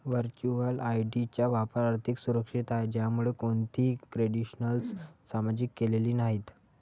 virtual ID चा वापर अधिक सुरक्षित आहे, ज्यामध्ये कोणतीही क्रेडेन्शियल्स सामायिक केलेली नाहीत